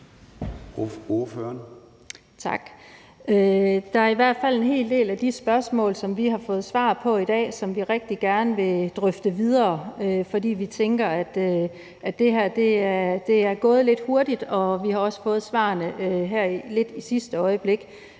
Der er i hvert fald en hel del af de spørgsmål, vi har fået svar på i dag, som vi rigtig gerne vil drøfte videre, for vi tænker, at det her er gået lidt hurtigt, og at vi også har fået svarene her lidt i sidste øjeblik.